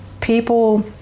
People